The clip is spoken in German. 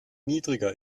niedriger